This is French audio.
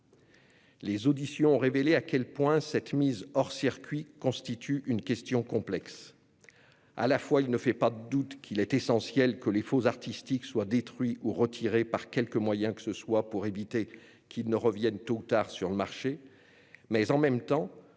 Les auditions ont révélé à quel point cette mise hors circuit constitue une question complexe. À la fois, il est à n'en pas douter essentiel que les faux artistiques soient détruits ou retirés par quelque moyen que ce soit pour éviter qu'ils ne reviennent tôt ou tard sur le marché, mais, en même temps,